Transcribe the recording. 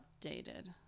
updated